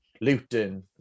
Luton